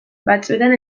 batzuetan